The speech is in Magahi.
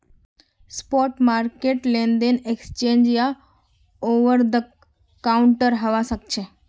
स्पॉट मार्केट लेनदेन एक्सचेंज या ओवरदकाउंटर हवा सक्छे